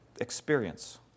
experience